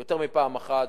יותר מפעם אחת,